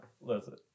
Listen